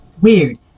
Weird